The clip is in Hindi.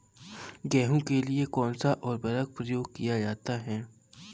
गेहूँ के लिए कौनसा उर्वरक प्रयोग किया जाता है?